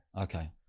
Okay